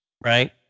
right